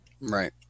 Right